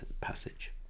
passage